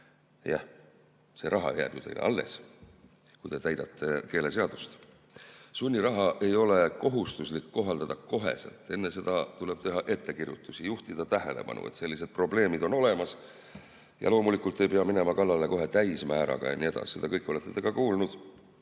jah, see raha jääb ju teile alles, kui te täidate keeleseadust. Sunniraha ei ole kohustuslik kohaldada koheselt, enne seda tuleb teha ettekirjutusi, juhtida tähelepanu, et sellised probleemid on olemas. Loomulikult ei pea minema kallale kohe täismääraga ja nii edasi. Seda kõike olete te kuulnud